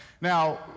Now